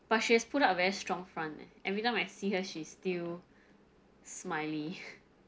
but she has put up very strong front leh every time I see her she's still smiley